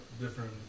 different